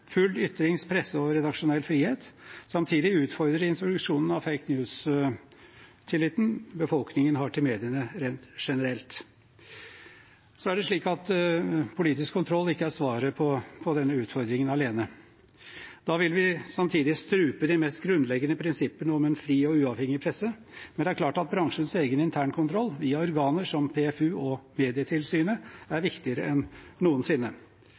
full ytringsfrihet, pressefrihet og redaksjonell frihet. Samtidig utfordrer introduksjonen av «fake news» tilliten befolkningen har til mediene rent generelt. Men politisk kontroll alene er ikke svaret på denne utfordringen. Da vil vi samtidig strupe de mest grunnleggende prinsippene om en fri og uavhengig presse. Det er klart at bransjens egen internkontroll, via organer som Pressens Faglige Utvalg, PFU, og Medietilsynet, er viktigere enn noensinne.